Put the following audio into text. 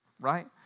right